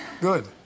good